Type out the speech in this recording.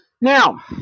Now